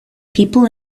people